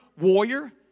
warrior